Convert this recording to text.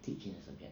teach in a subject